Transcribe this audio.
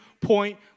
point